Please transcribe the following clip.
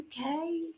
Okay